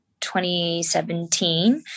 2017